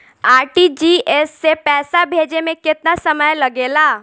RTGS से पैसा भेजे में केतना समय लगे ला?